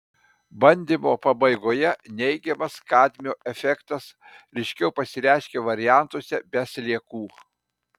bandymo pabaigoje neigiamas kadmio efektas ryškiau pasireiškė variantuose be sliekų